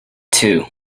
two